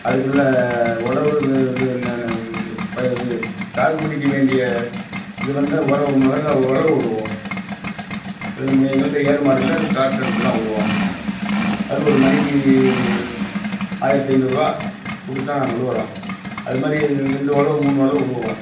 அதுக்குள்ளே உளவு வு இது இந்த இந்த ப இது சாகுபடிக்கு வேண்டிய இது வந்து உரம் மொதலில் உளவு விடுவோம் இது நமக்கு எங்கள்கிட்ட ஏர் மாடு இல்லை அதனால ட்ராக்டர் விட்டு தான் உழுவோம் அது ஒரு மணிக்கு ஆயிரத்தி ஐந்நூறுவா கொடுத்து நாங்கள் உழுவுறோம் அதுமாதிரி ரெண்டு ஒழவு மூணு ஒழவு உழுவோம்